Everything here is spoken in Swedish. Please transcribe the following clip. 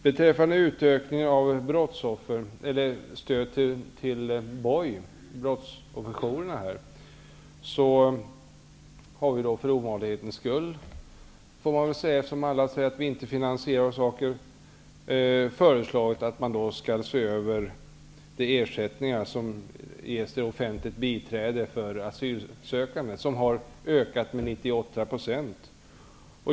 Beträffande stödet till BOJ, brottsofferjourerna, vill jag säga att vi för ovanlighetens skull -- jag uttrycker mig så, eftersom alla säger att vi inte finansierar saker och ting -- har föreslagit en översyn av de ersättningar som ges till offentligt biträde när när det gäller asylsökande. Det har ju blivit en ökning med 98 %.